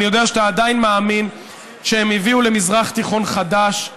אני יודע שאתה עדיין מאמין שהם הביאו למזרח תיכון חדש.